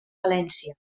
valència